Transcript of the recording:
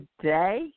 Today